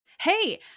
Hey